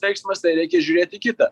veiksmas tai reikia žiūrėt į kitą